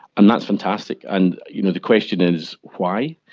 and that's fantastic. and you know the question is, why?